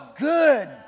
good